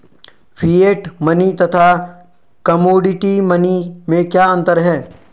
Fiat money तथा commodity money में क्या अंतर है?